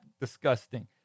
disgusting